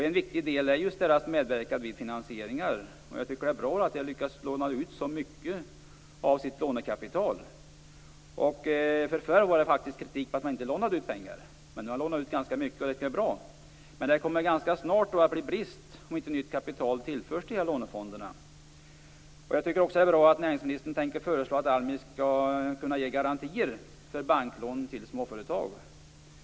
En viktig del är just att medverka vid finansieringar. Jag tycker att det är bra att man har lyckats låna ut så mycket av sitt lånekapital. Förr var det faktiskt kritik mot att man inte lånade ut pengar. Men nu har man lånat ut ganska mycket, och det tycker jag är bra. Men det kommer ganska snart att uppstå en brist om inte nytt lånekapital tillförs de här lånefonderna. Jag tycker också att det är bra att näringsministern tänker föreslå att ALMI skall kunna ge garantier för banklån till småföretag.